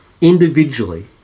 individually